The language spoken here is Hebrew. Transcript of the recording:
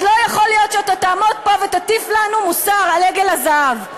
אז לא יכול להיות שאתה תעמוד פה ותטיף לנו מוסר על עגל הזהב.